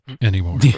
anymore